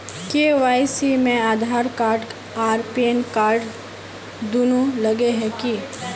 KYC में Aadhaar card आर PAN card दुनू लगे है की?